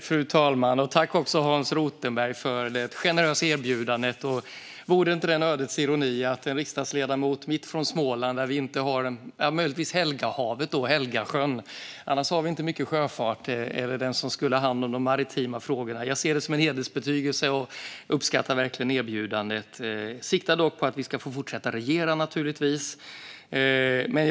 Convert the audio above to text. Fru talman! Jag tackar Hans Rothenberg för det generösa erbjudandet. Vore det inte en ödets ironi om en riksdagsledamot från Smålands mitt, där vi inte har något hav - ja, möjligtvis "Helgahavet", det vill säga Helgasjön; annars har vi inte mycket sjöfart - skulle ha hand om de maritima frågorna? Jag ser det som en hedersbetygelse och uppskattar verkligen erbjudandet. Jag siktar dock naturligtvis på att vi ska få fortsätta regera.